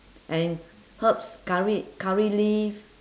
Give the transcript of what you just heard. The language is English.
and herbs curry curry leaf